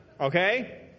Okay